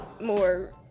more